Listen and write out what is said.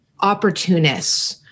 opportunists